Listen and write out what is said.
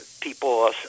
people